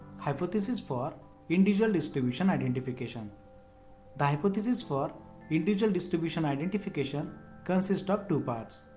hypotheses for individual distribution identification the hypothesis for individual distribution identification consists of two but